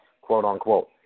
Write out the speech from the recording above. quote-unquote